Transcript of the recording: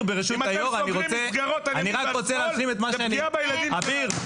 רון, זה פגיעה בילדים שלנו.